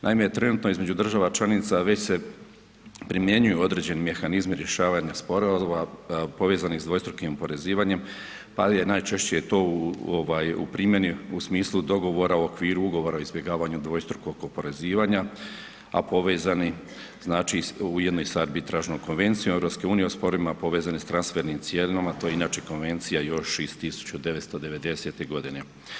Naime, trenutno između država članica već se primjenjuju određeni mehanizmi rješavanja sporova povezanih sa dvostrukim oporezivanjem pa je najčešće to u primjeni u smislu dogovora o okviru Ugovora o izbjegavanju dvostrukog oporezivanja a povezani znači ujedno i sa arbitražnom konvencijom EU o sporovima povezanim sa transfernim cijenama, to je inače konvencija još iz 1990. godine.